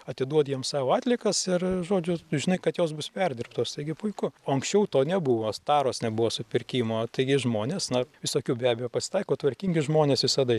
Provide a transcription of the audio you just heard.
atiduodi jiem savo atliekas ir žodžius žinai kad jos bus perdirbtos taigi puiku o anksčiau to nebuvo taros nebuvo supirkimo taigi žmonės na visokių be abejo pasitaiko tvarkingi žmonės visada